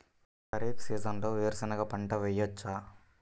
ఖరీఫ్ సీజన్లో వేరు శెనగ పంట వేయచ్చా?